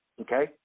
Okay